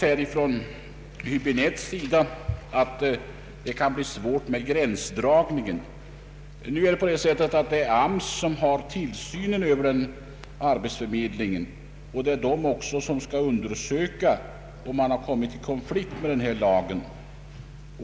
Herr Hibinette sade att det kan bli svårt med gränsdragningen. Men AMS har tillsynen över arbetsförmedlingen, och det är AMS som skall undersöka om man har kommit i konflikt med denna lag.